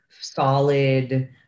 solid